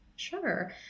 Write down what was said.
Sure